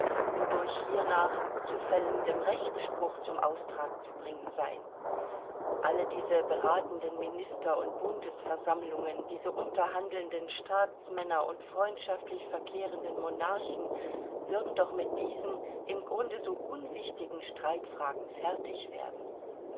und durch hiernach zu fällendem rechtsspruch zum austrag zu bringen sein alle diese beratenden minister und bundesversammlungen diese unterhandelnden staatsmänner und freundschaftlich verkehrenden monarchen würden doch mit diesen im grunde so unwichtigen streitfragen fertig werden